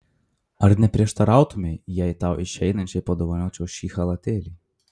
ar neprieštarautumei jei tau išeinančiai padovanočiau šį chalatėlį